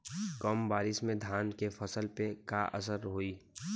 कम बारिश में धान के फसल पे का असर होई?